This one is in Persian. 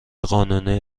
قانونی